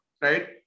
right